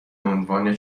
عنوان